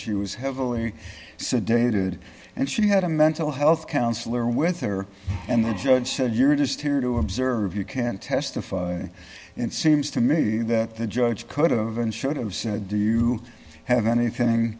she was heavily sedated and she had a mental health counselor with her and the judge said you're just here to observe you can't testify and seems to me that the judge could have an